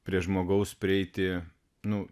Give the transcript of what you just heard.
prie žmogaus prieiti nu